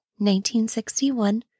1961